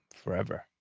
forever.